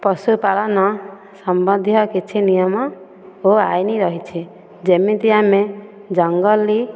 ପଶୁପାଳନ ସମ୍ବନ୍ଧୀୟ କିଛି ନିୟମ ଓ ଆଇନ ରହିଛି ଯେମିତି ଆମେ ଜଙ୍ଗଲି